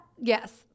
Yes